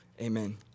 Amen